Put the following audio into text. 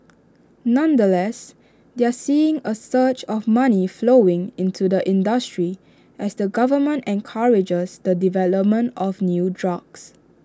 nonetheless they're seeing A surge of money flowing into the industry as the government encourages the development of new drugs